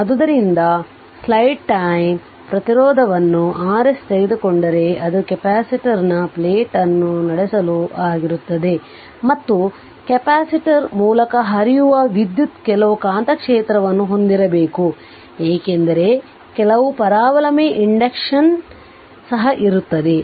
ಆದ್ದರಿಂದ ಸ್ಲೈಡ್ ಟೈಮ್ವು ಪ್ರತಿರೋಧವನ್ನು Rs ತೆಗೆದುಕೊಂಡರೆ ಅದು ಕೆಪಾಸಿಟರ್ನ ಪ್ಲೇಟ್ ಅನ್ನು ನಡೆಸಲು ಆಗಿರುತ್ತದೆ ಮತ್ತು ಕೆಪಾಸಿಟರ್ ಮೂಲಕ ಹರಿಯುವ ವಿದ್ಯುತ್ ಕೆಲವು ಕಾಂತಕ್ಷೇತ್ರವನ್ನು ಹೊಂದಿರಬೇಕು ಏಕೆಂದರೆ ಕೆಲವು ಪರಾವಲಂಬಿ ಇಂಡಕ್ಟನ್ಸ್ ಸಹ ಇರುತ್ತದೆ